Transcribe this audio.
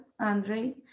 Andre